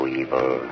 evil